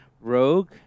Rogue